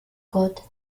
gott